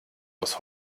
aus